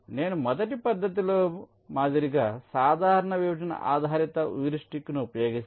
నేను మొదటి పద్ధతిలో మాదిరిగా సాధారణ విభజన ఆధారిత హ్యూరిస్టిక్ను ఉపయోగిస్తే